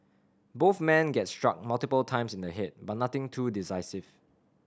both men get struck multiple times in the head but nothing too decisive